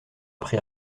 pris